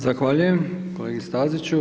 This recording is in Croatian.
Zahvaljujem kolegi Staziću.